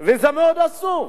וזה מאוד עצוב.